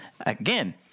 again